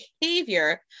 behavior